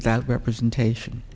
without representation